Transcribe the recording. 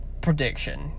prediction